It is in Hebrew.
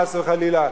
חס וחלילה,